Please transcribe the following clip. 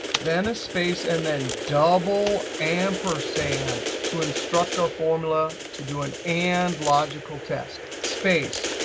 then a space, and then double ampersand to instruct our formula to do an and logical test, space,